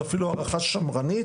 זה אפילו הערכה שמרנית,